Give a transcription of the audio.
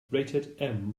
rated